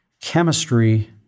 chemistry